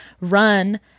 run